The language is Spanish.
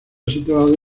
situado